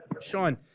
Sean